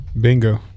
Bingo